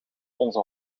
onze